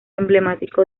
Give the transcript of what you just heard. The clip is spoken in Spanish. emblemático